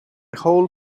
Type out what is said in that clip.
whole